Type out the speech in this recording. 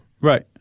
Right